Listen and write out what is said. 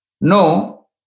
No